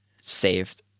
saved